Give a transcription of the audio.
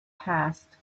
passed